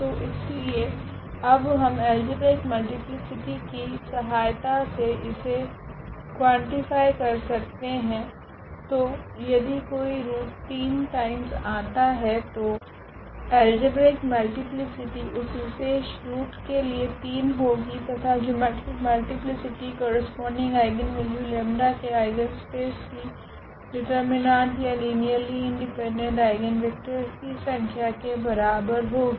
तो इसलिए अब हम अल्जेब्रिक मल्टीप्लीसिटी की सहायता से इसे कुवांटिफ़ाय कर सकते है तो यदी कोई रूट 3 टाइम्स आता है तो अल्जेब्रिक मल्टीप्लीसिटी उस विशेष रूट के लिए 3 होगी तथा geometric multiplicity corresponding eigenvalue lambda 𝜆 के आइगनस्पेस की डिटर्मिनेंट या लीनियरली इंडिपेंडेंट आइगनवेक्टरस की संख्या के बराबर होगी